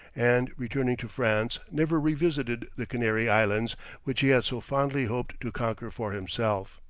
and returning to france, never revisited the canary islands which he had so fondly hoped to conquer for himself.